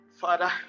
Father